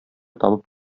табып